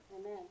Amen